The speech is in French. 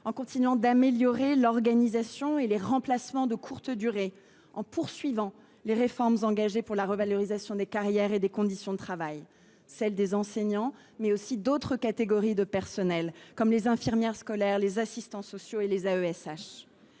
en continuant d’améliorer l’organisation et les remplacements de courte durée, en poursuivant les réformes engagées pour la revalorisation des carrières et des conditions de travail des enseignants et d’autres catégories de personnel, comme les infirmières scolaires, les assistants sociaux et les